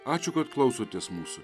ačiū kad klausotės mūsų